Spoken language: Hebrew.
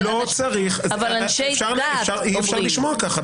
ומגיעים לפה מומחים ומדברים ושואלים שאלות אי אפשר לשמוע ככה,